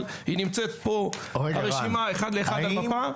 אבל היא נמצאת פה אחד לאחד על המפה.